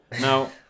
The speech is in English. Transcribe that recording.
Now